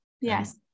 Yes